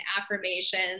affirmations